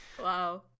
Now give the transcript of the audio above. Wow